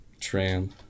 tram